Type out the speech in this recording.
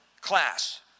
class